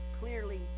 clearly